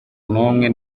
n’umwe